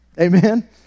Amen